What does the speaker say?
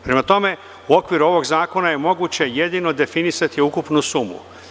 Prema tome, u okviru ovog zakona je moguće jedino definisati ukupnu sumu.